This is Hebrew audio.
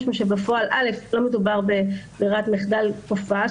משום שבפועל לא מדובר בברירת מחדל כופה,